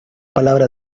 palabra